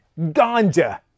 ganja